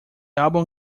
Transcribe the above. album